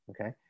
okay